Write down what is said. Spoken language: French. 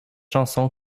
chanson